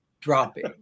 dropping